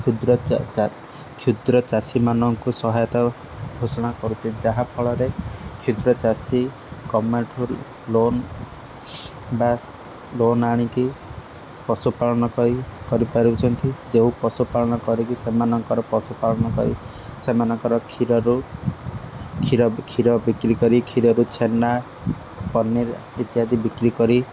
କ୍ଷୁଦ୍ର କ୍ଷୁଦ୍ର ଚାଷୀମାନଙ୍କୁ ସହାୟତା ଘୋଷଣା କରୁଛି ଯାହାଫଳରେ କ୍ଷୁଦ୍ର ଚାଷୀ ଗଭର୍ଣ୍ଣମେଣ୍ଟରୁ ଲୋନ୍ ବା ଲୋନ୍ ଆଣିକି ପଶୁପାଳନ କରି କରିପାରୁଛନ୍ତି ଯେଉଁ ପଶୁପାଳନ କରିକି ସେମାନଙ୍କର ପଶୁପାଳନ କରି ସେମାନଙ୍କର କ୍ଷୀରରୁ କ୍ଷୀର କ୍ଷୀର ବିକ୍ରି କରି କ୍ଷୀରରୁ ଛେନା ପନିର୍ ଇତ୍ୟାଦି ବିକ୍ରି କରି